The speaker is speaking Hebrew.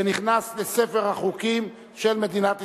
והחוק נכנס לספר החוקים של מדינת ישראל.